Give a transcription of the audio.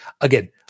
again